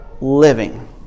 living